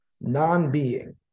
Non-being